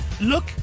look